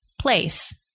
place